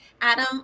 Adam